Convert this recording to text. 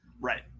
Right